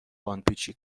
باندپیچی